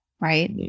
right